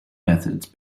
methods